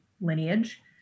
lineage